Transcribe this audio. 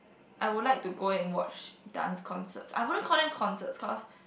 I would like to go and watch dance concerts I wouldn't call them concerts cause